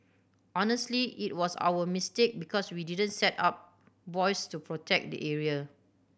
honestly it was our mistake because we didn't set up buoys to protect the area